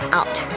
out